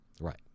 Right